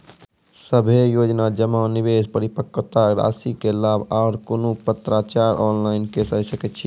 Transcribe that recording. सभे योजना जमा, निवेश, परिपक्वता रासि के लाभ आर कुनू पत्राचार ऑनलाइन के सकैत छी?